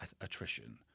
attrition